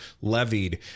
levied